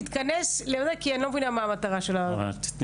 תתכנס לזה כי אני באמת לא מבינה מה המטרה של הדברים שלך.